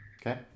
okay